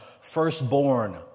firstborn